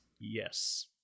Yes